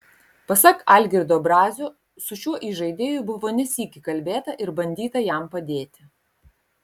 pasak algirdo brazio su šiuo įžaidėju buvo ne sykį kalbėta ir bandyta jam padėti